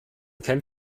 kennt